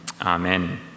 Amen